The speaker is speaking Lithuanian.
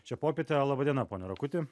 šią popietę laba diena ponia rakuti